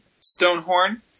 Stonehorn